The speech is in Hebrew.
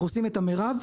הוא לא נמדד על פי זה.